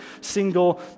single